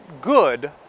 good